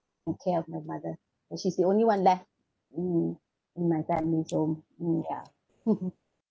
care of my mother well she's the only one left mmhmm in my family so mm ya